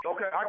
Okay